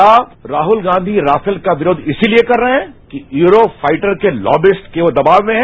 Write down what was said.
क्या राहल गांधी राफेल का विरोध इसीलिए कर रहे हैं कि यूरो फाइटर के लॉबिस्ट के वो दबाव में हैं